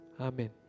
Amen